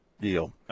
deal